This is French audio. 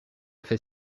fait